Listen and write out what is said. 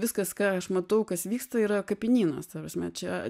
viskas ką aš matau kas vyksta yra kapinynas ta prasme čia